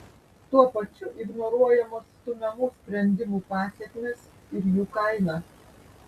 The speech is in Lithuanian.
tuo pačiu ignoruojamos stumiamų sprendimų pasekmės ir jų kaina